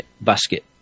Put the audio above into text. basket